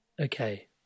okay